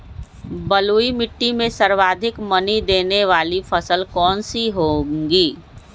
बलुई मिट्टी में सर्वाधिक मनी देने वाली फसल कौन सी होंगी?